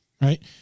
right